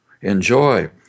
Enjoy